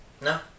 No